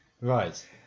Right